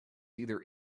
either